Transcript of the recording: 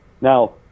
now